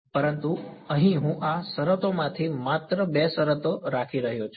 પરંતુ અહીં હું આ 5 શરતોમાંથી માત્ર 2 શરતો રાખી રહ્યો છું